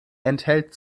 enthält